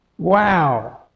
Wow